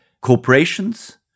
corporations